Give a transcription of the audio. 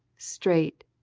straight,